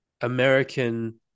American